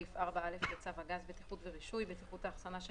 בשל סעיף 4 לצו הגז (בטיחות ורישוי) (בטיחות ההחסנה של